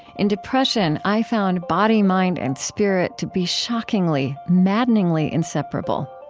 in depression, i found body, mind, and spirit to be shockingly, maddeningly inseparable.